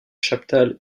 chaptal